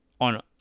on